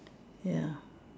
ya